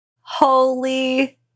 Holy